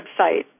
website